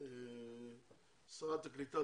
שרת הקליטה,